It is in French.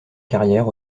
carrière